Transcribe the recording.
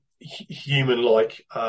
human-like